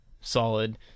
Solid